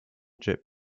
git